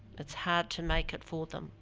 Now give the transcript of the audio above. it's hard to make it for them.